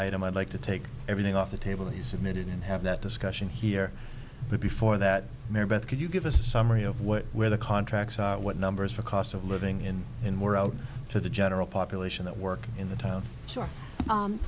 that i'd like to take everything off the table that he submitted and have that discussion here but before that mary beth could you give us a summary of what where the contracts are what numbers for cost of living in and more out to the general population that work in the town